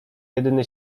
jedyny